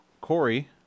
Corey